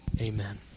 Amen